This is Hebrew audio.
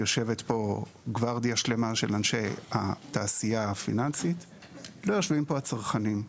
יושבת פה גוורדיה שלמה של אנשי התעשייה הפיננסית; לא יושבים פה הצרכנים.